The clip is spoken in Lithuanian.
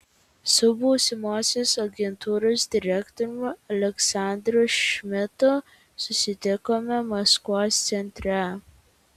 su būsimosios agentūros direktoriumi aleksandru šmidtu susitikome maskvos centre